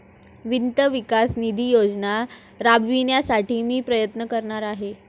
वित्त विकास निधी योजना राबविण्यासाठी मी प्रयत्न करणार आहे